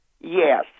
yes